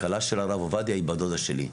הכלה של הרב עובדיה היא בת דודה שלי.